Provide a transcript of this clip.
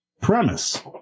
premise